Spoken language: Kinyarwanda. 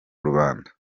rubanda